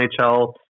NHL